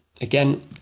Again